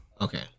Okay